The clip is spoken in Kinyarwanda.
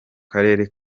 karere